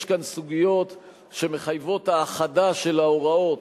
יש כאן סוגיות שמחייבות האחדה של ההוראות